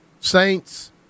Saints